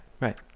Right